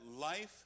life